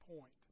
point